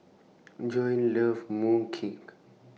Joan loves Mooncake